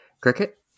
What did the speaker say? cricket